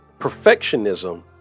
perfectionism